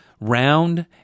round